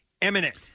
imminent